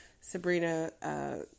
Sabrina